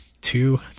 two